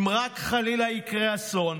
אם חלילה יקרה אסון,